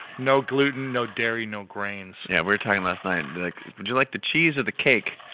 no gluten, no dairy, no grains. yeah, we were talking last night, like would you like the cheese or the cake?